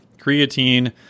creatine